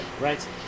Right